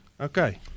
Okay